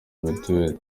mitiweli